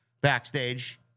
backstage